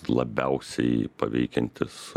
labiausiai paveikiantis